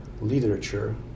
literature